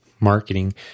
marketing